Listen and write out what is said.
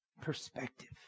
Perspective